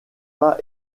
pas